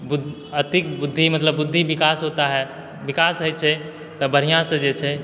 बुद्धि अथि बुद्धि विकास होता है विकास होइ छै तऽ बढ़िऑं सऽ जे छै